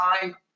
time